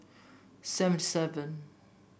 seven seven